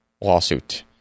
lawsuit